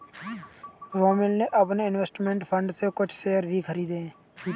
रोमिल ने अपने investment fund से कुछ शेयर भी खरीदे है